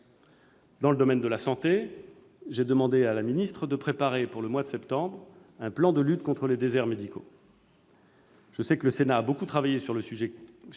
Dans le domaine de la santé : j'ai demandé à la ministre de préparer pour le mois de septembre un plan de lutte contre les déserts médicaux. Je sais que le Sénat a beaucoup travaillé sur ce sujet crucial